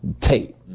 tape